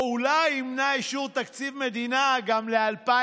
או אולי ימנע אישור תקציב מדינה גם ל-2021,